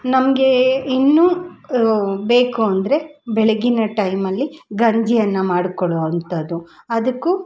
ನಮಗೆ ಇನ್ನೂ ಬೇಕು ಅಂದರೆ ಬೆಳಗ್ಗಿನ ಟೈಮಲ್ಲಿ ಗಂಜಿಯನ್ನು ಮಾಡ್ಕೊಳ್ಳೋ ಅಂಥದ್ದು ಅದಕ್ಕೂ